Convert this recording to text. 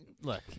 look